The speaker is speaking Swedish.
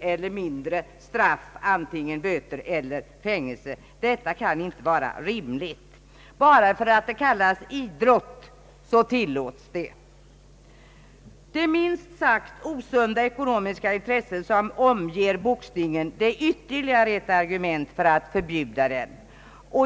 eller mindre straff, antingen böter eller fängelse. Detta kan inte vara rimligt. Bara för att ett slagsmål kallas idrott tillåts det. Det minst sagt osunda ekonomiska intresse som omger boxningen är ytterligare ett argument för att förbjuda den.